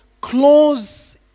close